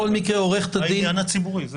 עניין ציבורי.